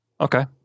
Okay